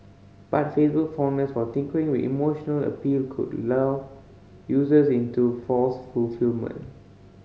but Facebook's fondness for tinkering with emotional appeal could lull users into false fulfilment